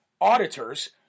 auditors